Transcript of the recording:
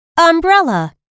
Umbrella